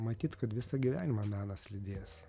matyt kad visą gyvenimą menas lydės